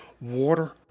water